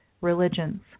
religions